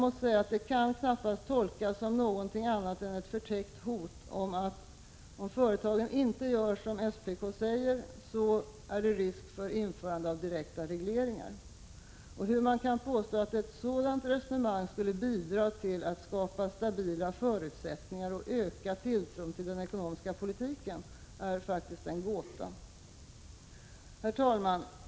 Detta kan inte tolkas som annat än ett förtäckt hot att om inte företagen gör som SPK säger så är det risk för införande av direkta regleringar. Hur kan man påstå att ett sådant resonemang skulle bidra till att ”skapa stabila förutsättningar och öka tilltron till den ekonomiska politiken”? Herr talman!